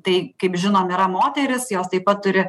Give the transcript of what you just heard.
tai kaip žinom yra moterys jos taip pat turi